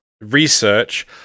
research